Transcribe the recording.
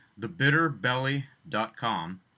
thebitterbelly.com